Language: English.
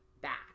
back